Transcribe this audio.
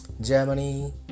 Germany